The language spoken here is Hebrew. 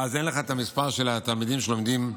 אבל אין לך את המספר של התלמידים שלומדים יידיש.